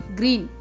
green